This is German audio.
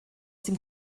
dem